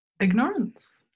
ignorance